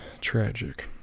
tragic